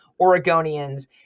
oregonians